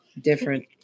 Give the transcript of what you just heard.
different